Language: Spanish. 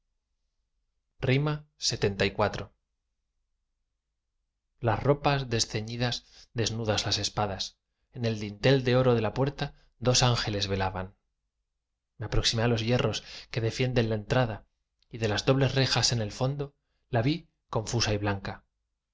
muertos lxxiv las ropas desceñidas desnudas las espadas en el dintel de oro de la puerta dos ángeles velaban me aproximé á los hierros que defienden la entrada y de las dobles rejas en el fondo la vi confusa y blanca